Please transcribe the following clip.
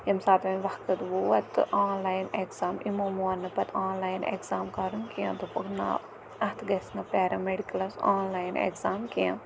ییٚمہِ ساتہٕ وۄنۍ وقت ووت تہٕ آنلاین اٮ۪کزام یِمو مون نہٕ پَتہٕ آنلاین اٮ۪کزام کَرُن کینٛہہ دوٚپُکھ نہ اَتھ گژھِ نہٕ پیرامٮ۪ڈِکَلَس آنلاین اٮ۪کزام کینٛہہ